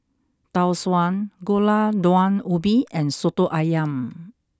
Tau Suan Gulai Daun Ubi and Soto Ayam